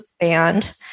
band